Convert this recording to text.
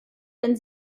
wenn